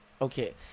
Okay